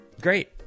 Great